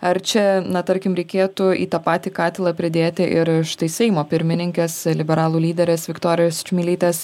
ar čia na tarkim reikėtų į tą patį katilą pridėti ir štai seimo pirmininkės liberalų lyderės viktorijos čmilytės